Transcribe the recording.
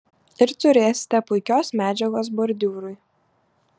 ir turėsite puikios medžiagos bordiūrui